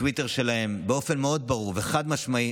בטוויטר שלהם באופן מאוד ברור וחד-משמעי,